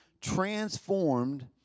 transformed